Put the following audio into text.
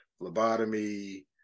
lobotomy